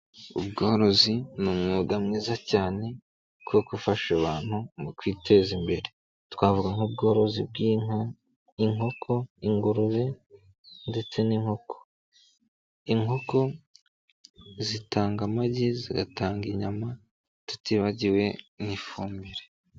Ubworozi ni umwuga mwiza cyane wo gufasha abantu mu kwiteza imbere, twavuga nk'ubworozi bw'inka, inkoko, ingurube ndetse n'inkoko. Inkoko zitanga amagi, zigatanga inyama, tutibagiwe n'ifumbire.